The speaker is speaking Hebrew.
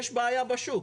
יש בעיה בשוק.